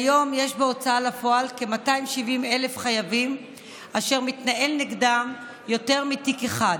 כיום יש בהוצאה לפועל כ-270,000 חייבים אשר מתנהל נגדם יותר מתיק אחד,